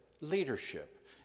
leadership